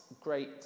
great